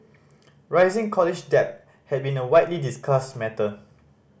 rising college debt has been a widely discussed matter